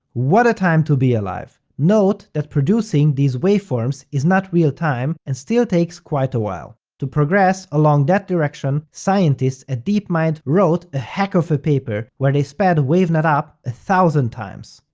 what a time to be alive! note that producing these waveforms is not real time and still takes quite a while. to progress along that direction, scientists as deepmind wrote a heck of a paper where they sped wavenet up a thousand times.